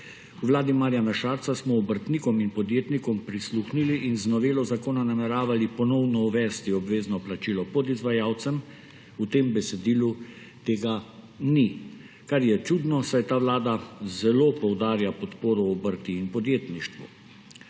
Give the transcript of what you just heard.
V vladi Marjana Šarca smo obrtnikom in podjetnikom prisluhnili in z novelo zakona nameravali ponovno uvesti obvezno plačilo podizvajalcem, v tem besedilu tega ni, kar je čudno, saj ta vlada zelo poudarja podporo obrti in podjetništvu.